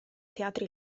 teatri